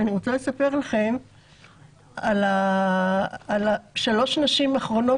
אני יכולה לספר לכם על שלוש נשים אחרונות